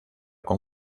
con